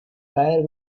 caer